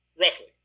roughly